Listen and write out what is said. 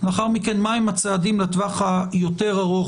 לאחר מכן מהם הצעדים לטווח היותר ארוך